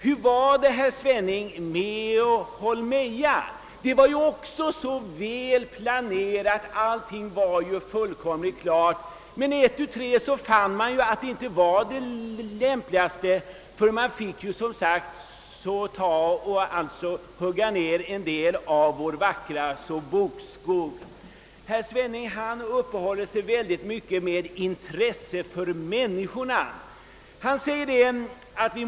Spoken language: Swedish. Hur var det, herr Svenning, med Holmeja? Det var också så väl planerat och allt var fullkomligt klart, men ett tu tre fann man att det ändå inte var det lämpligaste alternativet. Herr Svenning uppehöll sig mycket vid sitt intresse för människorna; han sade att man i bullerfrågor bl.a. måste tänka på den mentalanstalt som finns i närheten av Bulltofta.